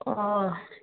अ